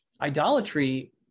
idolatry